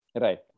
Right